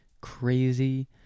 crazy